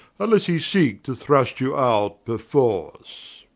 vnlesse he seeke to thrust you out perforce